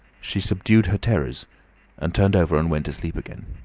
she subdued her terrors and turned over and went to sleep again.